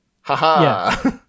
haha